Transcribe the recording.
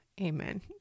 Amen